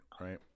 right